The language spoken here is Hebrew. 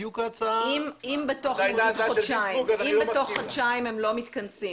אם תוך חודשיים הם לא מאשרים,